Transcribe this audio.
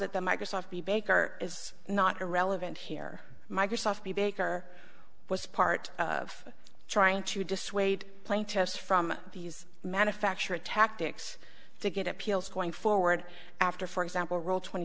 posit that microsoft be baker is not irrelevant here microsoft the baker was part of trying to dissuade plaintiffs from these manufactured tactics to get appeals going forward after for example rule twenty